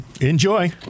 Enjoy